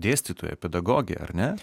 dėstytoja pedagogė ne